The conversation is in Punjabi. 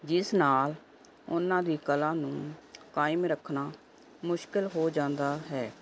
ਜਿਸ ਨਾਲ ਉਹਨਾਂ ਦੀ ਕਲਾ ਨੂੰ ਕਾਇਮ ਰੱਖਣਾ ਮੁਸ਼ਕਲ ਹੋ ਜਾਂਦਾ ਹੈ